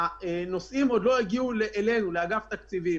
הנושאים עוד לא הגיעו אלינו לאגף התקציבים.